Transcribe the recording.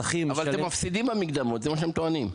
ששכיר משלם --- אבל אתם מפסידים במקדמות; זה מה שהם טוענים.